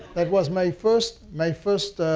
that was my first my first